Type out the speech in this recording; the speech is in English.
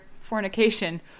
fornication